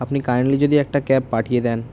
আপনি কাইন্ডলি যদি একটা ক্যাব পাঠিয়ে দেন